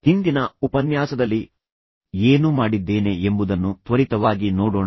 ಹಿಂದಿನ ಉಪನ್ಯಾಸದಲ್ಲಿ ಏನು ಮಾಡಿದ್ದೇನೆ ಎಂಬುದನ್ನು ತ್ವರಿತವಾಗಿ ನೋಡೋಣ